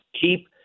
keep